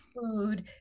food